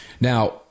Now